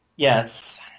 Yes